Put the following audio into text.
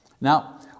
Now